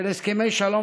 של הסכמי שלום,